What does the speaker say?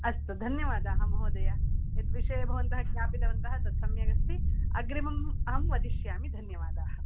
अस्तु धन्यवादाः महोदय यद्विषये भवन्तः ज्ञापितवन्तः तत् सम्यगस्ति अग्रिमम् अहं वदिष्यामि धन्यवादाः